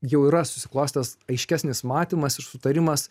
jau yra susiklostęs aiškesnis matymas ir sutarimas